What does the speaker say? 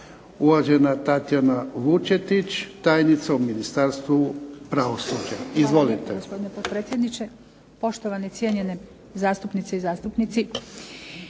Uvažena Tatjana Vučetić, tajnica u Ministarstvu pravosuđa. Izvolite.